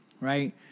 right